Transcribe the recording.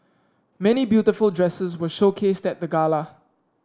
many beautiful dresses were showcased at the gala